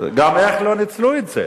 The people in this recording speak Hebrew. גם איך לא ניצלו את זה,